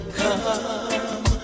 come